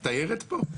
את תיירת פה?